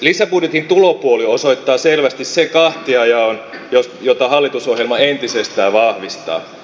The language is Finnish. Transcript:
lisäbudjetin tulopuoli osoittaa selvästi sen kahtiajaon jota hallitusohjelma entisestään vahvistaa